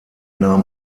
nahm